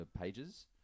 pages